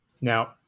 Now